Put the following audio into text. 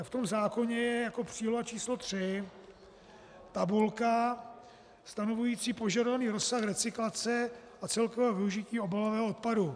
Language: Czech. V zákoně je jako příloha číslo 3 tabulka stanovující požadovaný rozsah recyklace a celkového využití obalového odpadu.